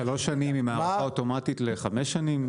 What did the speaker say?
מכרז שיש לך יהיו חייבים לשלם לך לפי הוראות החוק.